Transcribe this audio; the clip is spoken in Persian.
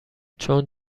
چون